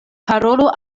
parolo